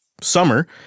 summer